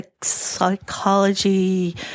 psychology